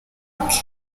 bwe